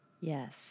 Yes